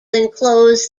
enclose